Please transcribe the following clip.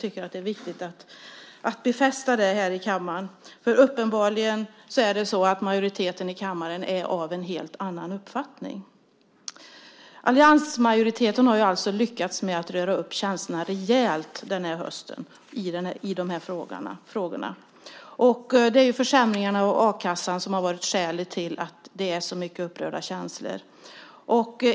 Det är viktigt att befästa det här i kammaren eftersom majoriteten i kammaren uppenbarligen är av en helt annan uppfattning. Alliansmajoriteten har lyckats med att röra upp känslorna rejält den här hösten i dessa frågor. Försämringarna av a-kassan har varit skälet till att det är så mycket upprörda känslor.